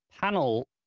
panel